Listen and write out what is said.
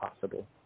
possible